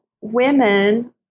women